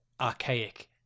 archaic